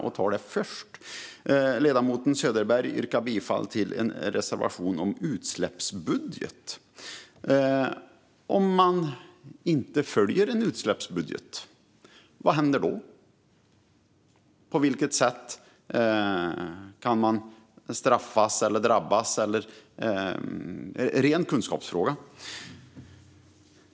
Jag tar den först. Ledamoten Söderberg yrkade bifall till en reservation om utsläppsbudget. Om man inte följer en utsläppsbudget, vad händer då? På vilket sätt kan man straffas eller drabbas? Det är en ren kunskapsfråga.